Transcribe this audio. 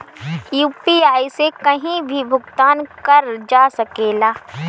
UPI से कहीं भी भुगतान कर जा सकेला?